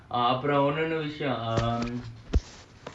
அப்புறம்இன்னொருவிஷயம்:appuram innoru vishayam